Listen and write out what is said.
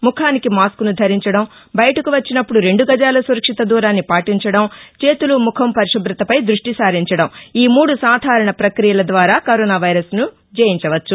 ముఖానికి మాస్కును ధరించడం బయటకు వచ్చినప్పుడు రెండు గజాల సురక్షిత దూరాన్ని పాటించడం చేతులు ముఖం పరిశుభ్రతపై దృష్టి సారించడంఈ మూడు సాధారణ ప్రక్రియల ద్వారా కరోనా వైరస్ను జయించవచ్చు